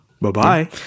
Bye-bye